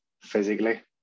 physically